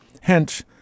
Hence